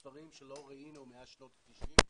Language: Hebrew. מספרים שלא ראינו מאז שנות ה-90.